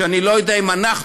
שאני לא יודע אם אנחנו,